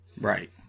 Right